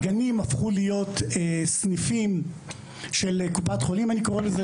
הגנים הפכו להיות סניפים של קופת חולים אני קורא לזה.